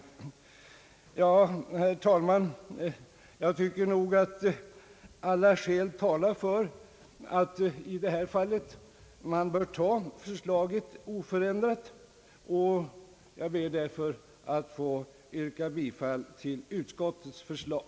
Jag tycker nog, herr talman, att alla skäl talar för att vi i detta fall bör ta förslaget oförändrat. Jag ber således att få yrka bifall till utskottets förslag.